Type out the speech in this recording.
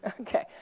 Okay